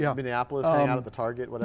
yeah minneapolis, hang out at the target, but